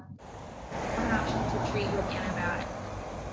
you have an option to treat with antibiotics. again,